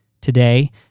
Today